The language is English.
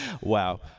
Wow